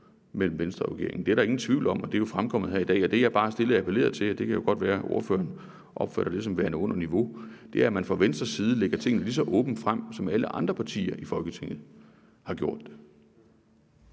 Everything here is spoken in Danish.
mellem Venstre og regeringen. Det er der ingen tvivl om, og det er jo fremkommet her i dag. Det, jeg bare stille appellerede til – og det kan jo godt være, at ordføreren opfatter det som værende under niveau – er, at man fra Venstres side lægger tingene lige så åbent frem, som alle andre partier i Folketinget har gjort det.